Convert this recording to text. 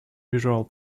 visual